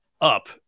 up